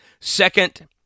Second